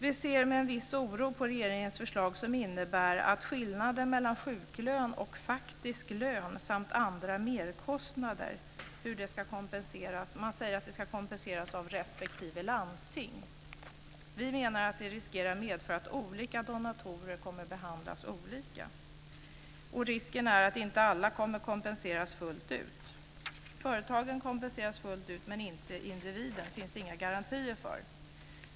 Vi ser med en viss oro på regeringens förslag, som innebär att skillnaden mellan sjuklön och faktisk lön samt andra merkostnader ska kompenseras av respektive landsting. Vi menar att det riskerar att medföra att olika donatorer kommer att behandlas olika. Risken är att inte alla kommer att kompenseras fullt ut. Företagen kompenseras fullt ut, men för individen finns det inga garantier för detta.